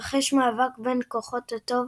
מתרחש מאבק בין כוחות הטוב,